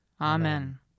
Amen